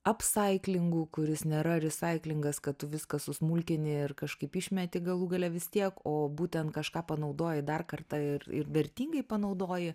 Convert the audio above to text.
apsaiklingu kuris nėra risaiklingas kad tu viską susmulkini ir kažkaip išmeti galų gale vis tiek o būtent kažką panaudoji dar kartą ir ir vertingai panaudoji